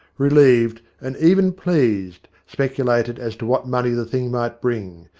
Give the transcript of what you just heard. relieved and even pleased, specu lated as to what money the thing might bring.